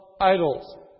idols